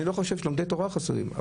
אני לא חושב שלומדי תורה חסרים.